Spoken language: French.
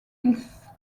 ils